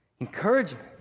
encouragement